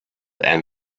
and